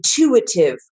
intuitive